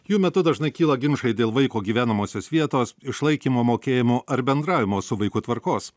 jų metu dažnai kyla ginčai dėl vaiko gyvenamosios vietos išlaikymo mokėjimo ar bendravimo su vaiku tvarkos